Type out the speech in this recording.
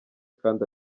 kandi